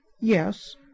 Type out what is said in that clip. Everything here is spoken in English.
yes